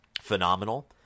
phenomenal